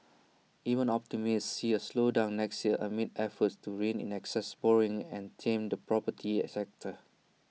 even optimists see A slowdown next year amid efforts to rein in excess borrowing and tame the property A sector